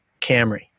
Camry